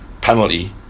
penalty